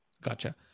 gotcha